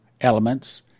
elements